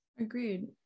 Agreed